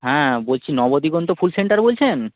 হ্যাঁ বলছি নবদিগন্ত ফুল সেন্টার বলছেন